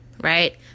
Right